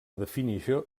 definició